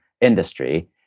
industry